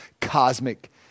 cosmic